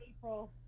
April